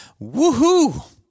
Woohoo